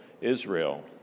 Israel